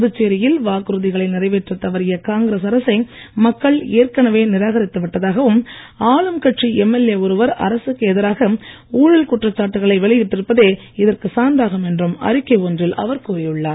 புதுச்சேரயில் வாக்குறுதிகளை நிறைவேற்றத் தவறிய காங்கிரஸ் அரசை மக்கள் ஏற்கனவே நிராகரித்து விட்டதாகவும் ஆளும் கட்சி எம்எல்ஏ ஒருவர் அரசுக்கு எதிராக ஊழல் குற்றச்சாட்டுக்களை வெளியிட்டிருப்பதே இதற்குச் சான்றாகும் என்றும் அறிக்கை ஒன்றில் அவர் கூறியுள்ளார்